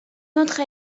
autre